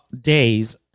days